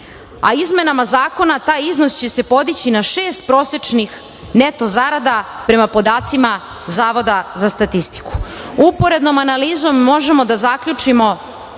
a izmenama zakona taj iznos će se podići na šest prosečnih neto zarada, prema podacima Zavoda za statistiku. Uporednom analizom možemo da zaključimo